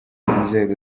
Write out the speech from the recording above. inzego